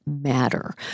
matter